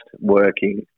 working